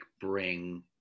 bring